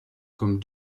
comme